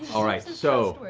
all right, so.